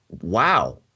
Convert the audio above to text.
Wow